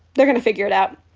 they're going to figure it out.